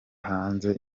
hanze